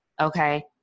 Okay